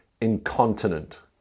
incontinent